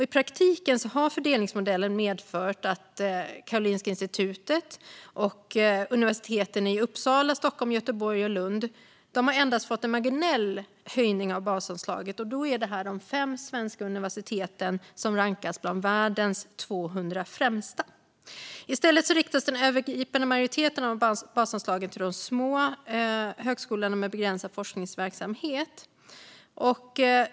I praktiken har fördelningsmodellen medfört att Karolinska institutet och universiteten i Uppsala, Stockholm, Göteborg och Lund endast har fått en marginell höjning av basanslaget, och då är det de 5 svenska universitet som rankas bland världens 200 främsta. I stället riktas den övervägande majoriteten av de höjda basanslagen till små högskolor med begränsad forskningsverksamhet.